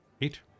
Eight